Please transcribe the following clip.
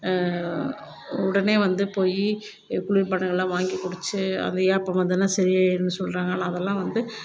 உடனே வந்து போய் குளிர்பானங்கலாம் வாங்கி குடித்து அந்த ஏப்பம் வந்துன்னால் சரியாகிவிடுன்னு சொல்கிறாங்க ஆனால் அதல்லாம் வந்து